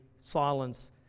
silence